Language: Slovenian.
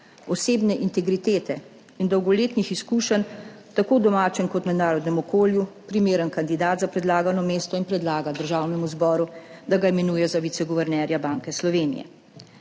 osebne integritete in dolgoletnih izkušenj tako v domačem kot mednarodnem okolju primeren kandidat za predlagano mesto in predlaga Državnemu zboru, da ga imenuje za viceguvernerja Banke Slovenije.